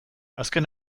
azken